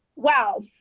wow.